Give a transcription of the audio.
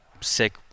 sick